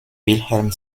wilhelm